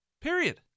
Period